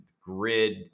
grid